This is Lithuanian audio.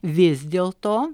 vis dėlto